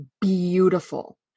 beautiful